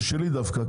זה שלי דווקא,